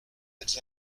êtes